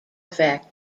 effect